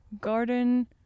garden